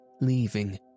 leaving